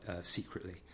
secretly